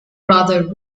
rather